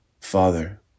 Father